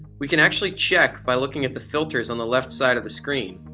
we can actually check by looking at the filters on the left side of the screen.